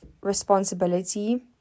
responsibility